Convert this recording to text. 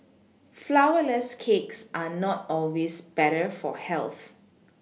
flourless cakes are not always better for health